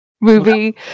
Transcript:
movie